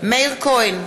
מאיר כהן,